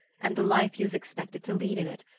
and the life he was expected to lead in it,